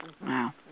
Wow